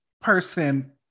person